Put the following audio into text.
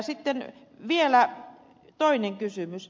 sitten vielä toinen kysymys